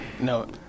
No